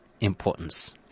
importance